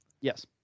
Yes